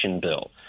Bill